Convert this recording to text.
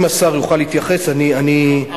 אם השר יוכל להתייחס אני אשמח.